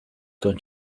going